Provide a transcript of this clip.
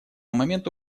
момента